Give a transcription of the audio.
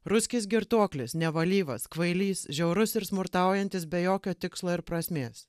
ruskis girtuoklis nevalyvas kvailys žiaurus ir smurtaujantis be jokio tikslo ir prasmės